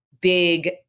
big